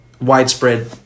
widespread